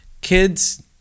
Kids